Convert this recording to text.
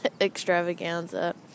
Extravaganza